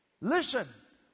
Listen